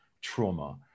trauma